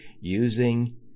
using